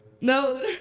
No